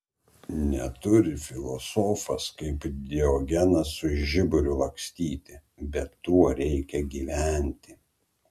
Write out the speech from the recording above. neturi filosofas kaip diogenas su žiburiu lakstyti bet tuo reikia gyventi